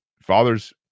fathers